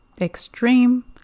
extreme